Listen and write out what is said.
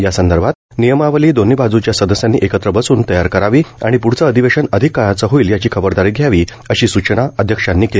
या संदर्भात नियमावली दोन्ही बाजूच्या सदस्यांनी एकत्र बसून तयार करावी आणि प्ढचं अधिवेशन अधिक काळाचं होईल याची खबरदारी घ्यावी अशी सूचना अध्यक्षांनी केली